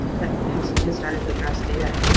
that has has started to address data